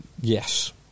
yes